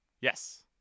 Yes